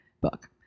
book